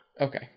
okay